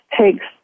takes